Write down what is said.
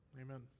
Amen